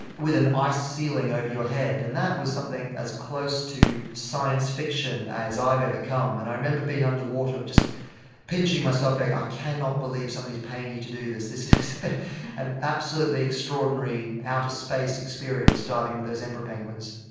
with an ice ceiling over your head. and that was something as close to science fiction as i've ever come, and i remember being underwater and just pinching myself going, i cannot believe that somebody is paying you to do this, this is an absolutely extraordinary outer space experience, diving with those emperor penguins.